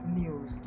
news